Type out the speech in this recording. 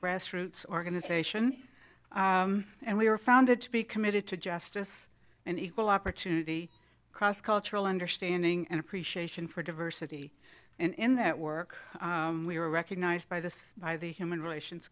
grassroots organization and we were founded to be committed to justice and equal opportunity cross cultural understanding and appreciation for diversity in that work we were recognized by this human relations